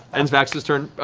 ends vax's turn.